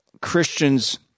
Christians